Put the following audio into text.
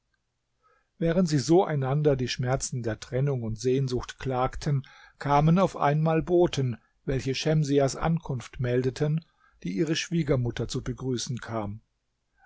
während sie so einander die schmerzen der trennung und sehnsucht klagten kamen auf einmal boten welche schemsiahs ankunft meldeten die ihre schwiegermutter zu begrüßen kam